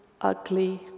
ugly